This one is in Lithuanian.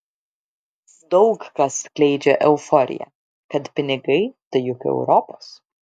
daug kas skleidžia euforiją kad pinigai tai juk europos